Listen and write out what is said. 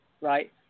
right